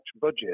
budget